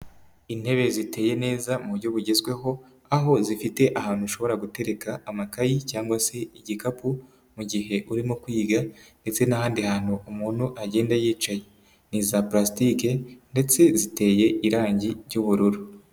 Intebe ziteye neza mu buryo bugezweho, aho zifite ahantu ushobora gutereka amatayi cyangwa se igikapu mu gihe urimo kwiga ndetse n'ahandi hantu umuntu agenda yicaye, ni iza palasitike ndetse ziteye irangi ry'ubururu.